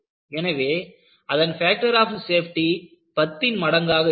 எனவே அதன் factor of safety 10ன் மடங்காக இருக்கும்